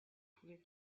pouvez